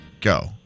go